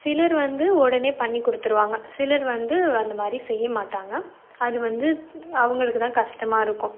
சிலர் வந்து உடனே பண்ணிக் கொடுத்துருவாங்க சிலர் வந்து அந்த மாதிரி செய்ய மாட்டாங்க அது வந்து அவங்களுக்குதான் கஷ்டமா இருக்கும்